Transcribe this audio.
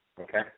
Okay